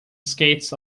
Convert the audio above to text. skates